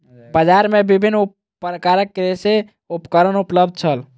बजार में विभिन्न प्रकारक कृषि उपकरण उपलब्ध छल